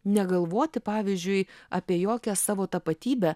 negalvoti pavyzdžiui apie jokią savo tapatybę